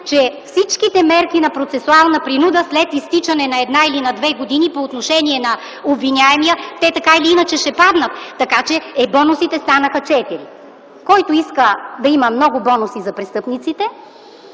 че всичките мерки на процесуална принуда след изтичане на една или на две години по отношение на обвиняемия, те така или иначе ще паднат, така че бонусите станаха четири. Който иска да има много бонуси за престъпниците,